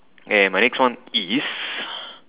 okay my next one is